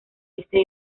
este